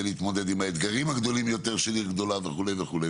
להתמודד עם האתגרים הגדולים יותר של עיר גדולה וכו'.